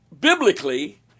biblically